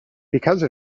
because